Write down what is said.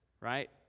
right